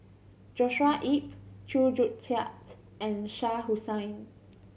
Joshua Ip Chew Joo Chiat and Shah Hussain